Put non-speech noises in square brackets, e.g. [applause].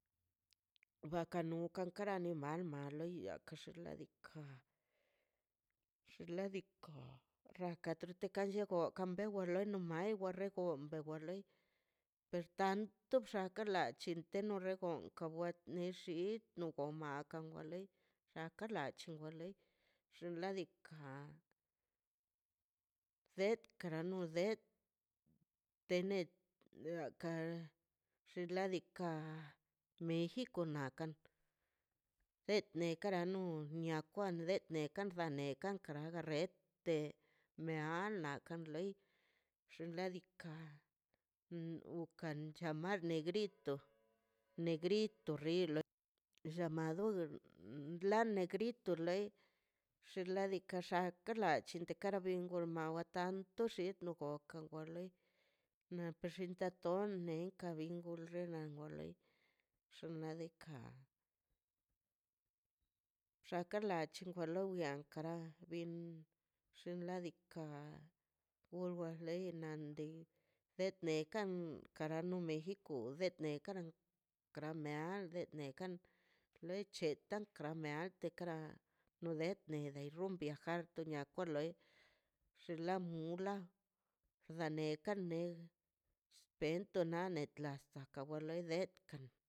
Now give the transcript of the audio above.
Waka nu kara ma mai loi xinladika xinladika rraka [unintelligible] bewa lei per tanto chinte oregon kabie nexit no o makan owa lei aka lachan o wa lei xin ladika det kara na det te net aka xinladika mexico nakan net ne kara nu uniakwan det ne rekanga nekan agaret te mea nakan lei xinladika ukan chane negrit [noise] la negrito lei xinladika xaka kala [unintelligible] na bxintatone nekan bin xunenkan run nadika xakala chingolo ka bia xin ladika wur wa lei na andei det nekan kara no mexico etne karan kara mieade nekan loi che te kara mia ante karan no detyen rumbian jatnna kwa loi xinla mula janekan ne spento na ne laska wa lei de kan.